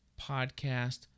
podcast